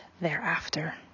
thereafter